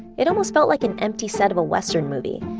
it almost felt like an empty set of a western movie,